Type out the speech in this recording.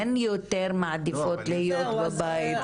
הן מעדיפות יותר להיות בבית.